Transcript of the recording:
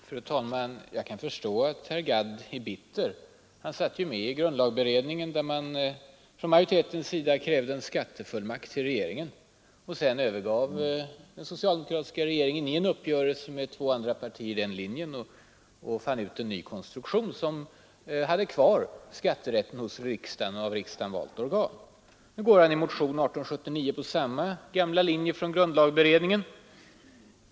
Fru talman! Jag kan förstå att herr Gadd är bitter. Han satt ju med i grundlagberedningen, där man från socialdemokraternas sida krävde en skattefullmakt för regeringen. Sedan övergav regeringen i en uppgörelse med två andra partier den linjen och fann en ny konstruktion, som hade kvar skatterätten hos riksdagen och av riksdagen valt organ. Nu går herr Gadd i motionen 1879 på samma gamla linje från grundlagberedningen.